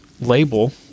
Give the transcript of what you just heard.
label